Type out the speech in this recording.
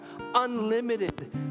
unlimited